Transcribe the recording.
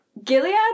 Gilead